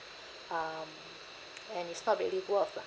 um and it's not really worth lah